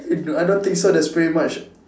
I don't think so that's pretty much